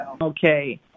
okay